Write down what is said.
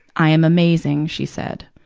i am amazing she said.